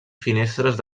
finestres